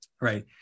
Right